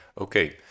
Okay